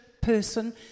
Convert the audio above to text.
person